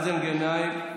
מאזן גנאים,